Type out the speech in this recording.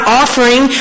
offering